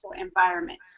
environment